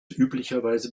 üblicherweise